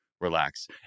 relax